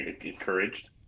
encouraged